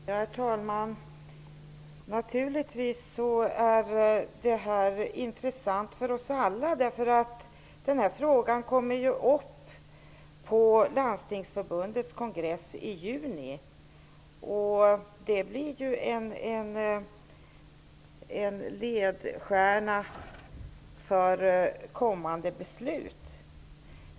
Herr talman! Detta är naturligtvis intressant för oss alla. Den här frågan kommer ju upp på Landstingsförbundets kongress i juni. Det blir ju en ledstjärna för kommande beslut.